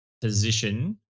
position